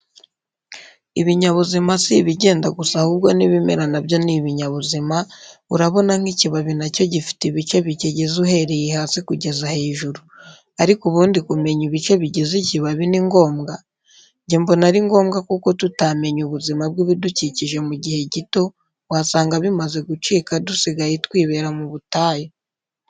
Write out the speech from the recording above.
Ibinyabuzima si ibigenda gusa ahubwo n'ibimera na byo ni ibinyabuzima, urabona nk'ikibabi na cyo gifite ibice bikigize uhereye hasi kugeza hejuru. Ariko ubundi kumenya ibice bigize ikibabi ni ngombwa? Jye mbona ari ngombwa kuko tutamenye ubuzima bwibidukikije mu gihe gito wasanga bimaze gucika dusigaye twibera mu butayu.